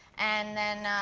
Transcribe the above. and then,